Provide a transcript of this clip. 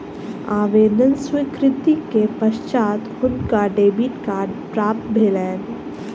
आवेदन स्वीकृति के पश्चात हुनका डेबिट कार्ड प्राप्त भेलैन